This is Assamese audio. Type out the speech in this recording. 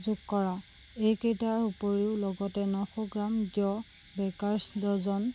যোগ কৰা এইকেইটাৰ উপৰিও লগতে নশ গ্ৰাম দ্য বেকাৰ্ছ ডজন